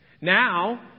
Now